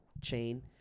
chain